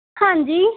ਹਾਂਜੀ